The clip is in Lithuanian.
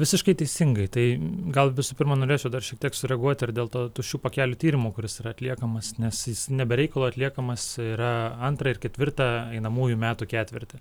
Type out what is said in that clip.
visiškai teisingai tai gal visų pirma norėčiau dar šiek tiek sureaguoti ir dėl to tuščių pakelių tyrimu kuris yraatliekamas nes jis ne be reikalo atliekamas yra antrą ir ketvirtą einamųjų metų ketvirtį